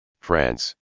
France